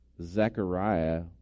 Zechariah